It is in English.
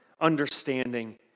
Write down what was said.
understanding